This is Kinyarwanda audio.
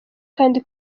kandi